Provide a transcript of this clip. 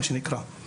מה שנקרא,